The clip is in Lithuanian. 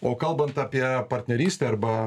o kalbant apie partnerystę arba